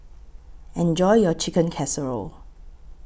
Enjoy your Chicken Casserole